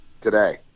today